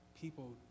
people